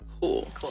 cool